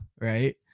Right